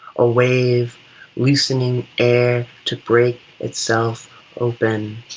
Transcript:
a wave loosening air to break itself open,